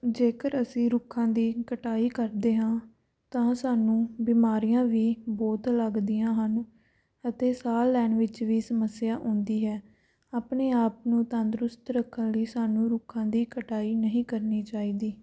ਜੇਕਰ ਅਸੀਂ ਰੁੱਖਾਂ ਦੀ ਕਟਾਈ ਕਰਦੇ ਹਾਂ ਤਾਂ ਸਾਨੂੰ ਬਿਮਾਰੀਆਂ ਵੀ ਬਹੁਤ ਲੱਗਦੀਆਂ ਹਨ ਅਤੇ ਸਾਹ ਲੈਣ ਵਿੱਚ ਵੀ ਸਮੱਸਿਆ ਆਉਂਦੀ ਹੈ ਆਪਣੇ ਆਪ ਨੂੰ ਤੰਦਰੁਸਤ ਰੱਖਣ ਲਈ ਸਾਨੂੰ ਰੁੱਖਾਂ ਦੀ ਕਟਾਈ ਨਹੀਂ ਕਰਨੀ ਚਾਹੀਦੀ